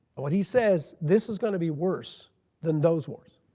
but what he says, this is going to be worse than those wars.